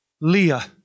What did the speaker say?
Leah